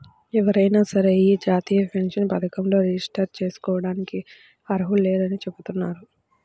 ఎవరైనా సరే యీ జాతీయ పెన్షన్ పథకంలో రిజిస్టర్ జేసుకోడానికి అర్హులేనని చెబుతున్నారు